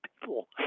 people